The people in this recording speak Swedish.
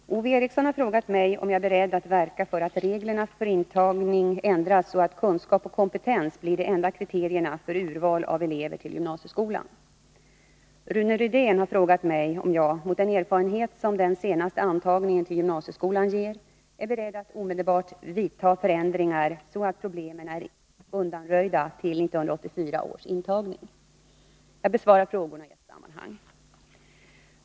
Fru talman! Ove Eriksson har frågat mig om jag är beredd att verka för att reglerna för intagning ändras så att kunskap och kompetens blir de enda kriterierna för urval av elever till gymnasieskolan. Rune Rydén har frågat mig om jag, mot den erfarenhet som den senaste antagningen till gymnasieskolan ger, är beredd att omedelbart vidta förändringar, så att problemen är undanröjda till 1984 års intagning. Jag besvarar frågorna i ett sammanhang.